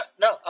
No